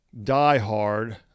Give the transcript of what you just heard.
diehard